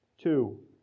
Two